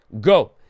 Go